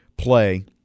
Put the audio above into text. Play